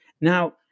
Now